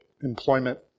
employment